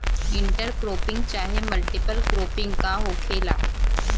Inter cropping चाहे multiple cropping का होखेला?